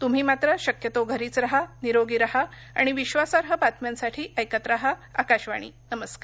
तुम्ही मात्र शक्यतो घरीच राहा निरोगी राहा आणि विश्वासार्ह बातम्यांसाठी ऐकत राहा आकाशवाणी नमस्कार